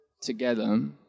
together